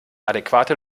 adäquate